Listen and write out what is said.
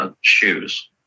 shoes